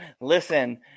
listen